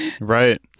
Right